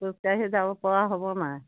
খোজকাঢ়ি যাব পৰা হ'ব মানে